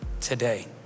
today